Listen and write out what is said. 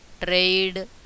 trade